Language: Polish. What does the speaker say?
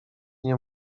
nie